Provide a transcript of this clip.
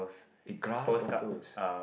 eh grass bottles